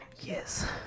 Yes